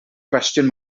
cwestiwn